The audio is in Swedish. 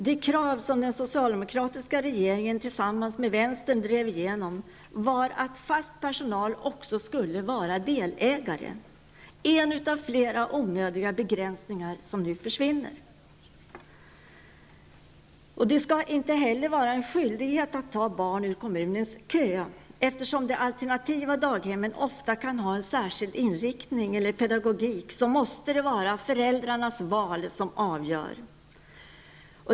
Det krav som den socialdemokratiska regeringen tillsammans med vänstern drev igenom var att fast personal också skulle vara delägare, en av flera onödiga begränsningar som nu försvinner. Det skall inte heller vara en skyldighet att ta barn ur kommunens kö. Eftersom de alternativa daghemmen ofta kan ha en särskild inriktning eller pedagogik, måste det vara föräldrarnas val som avgör.